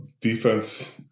Defense